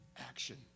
action